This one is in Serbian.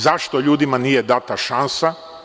Zašto ljudima nije data šansa?